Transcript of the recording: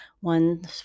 One